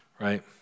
right